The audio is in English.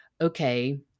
okay